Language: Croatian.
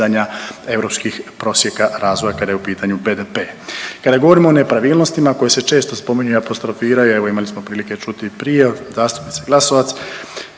dostizanja europskih prosjeka razvoja kada je u pitanju BDP. Kada govorimo o nepravilnostima koje se često spominju i apostrofiraju, evo imali smo prilike čuti i prije od zastupnice Glasovac.